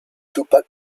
tupac